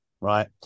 right